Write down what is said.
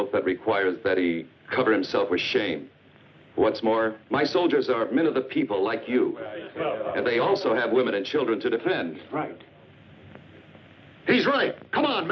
oath that requires betty cover himself with shame what's more my soldiers are men of the people like you and they also have women and children to defend he's right come on